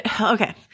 okay